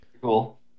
Cool